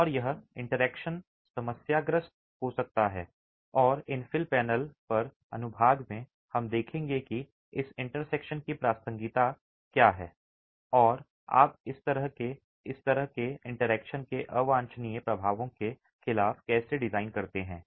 और यह इंटरैक्शन समस्याग्रस्त हो सकता है और इन्फिल पैनल पर अनुभाग में हम देखेंगे कि इस इंटरैक्शन की प्रासंगिकता क्या है और आप इस तरह के इस तरह के इंटरैक्शन के अवांछनीय प्रभावों के खिलाफ कैसे डिजाइन करते हैं